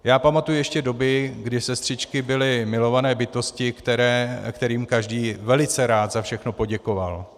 Já pamatuji ještě doby, kdy sestřičky byly milované bytosti, kterým každý velice rád za všechno poděkoval.